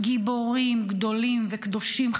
גיבורים גדולים וקדושים,